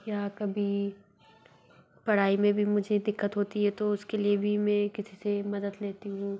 या कभी पढ़ाई में भी मुझे दिक्कत होती है तो उसके लिए भी मैं किसी से मदद लेती हूँ